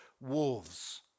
wolves